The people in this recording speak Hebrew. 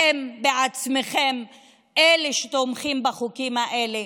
אתם בעצמכם אלו שתומכים בחוקים האלה,